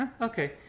Okay